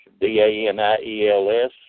D-A-N-I-E-L-S